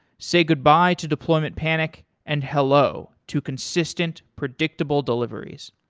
say goodbye to deployment panic and hello to consistent predictable deliveries.